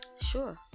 Sure